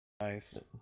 Nice